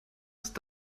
ist